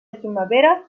primavera